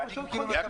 ואני כאילו מצפה